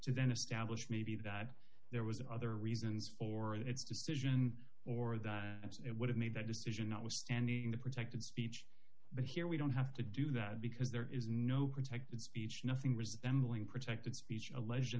to then establish maybe that there was other reasons for its decision or that it would have made that decision notwithstanding the protected speech but here we don't have to do that because there is no protected speech nothing resembling protected speech alleged in